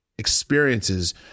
experiences